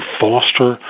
foster